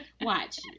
Watch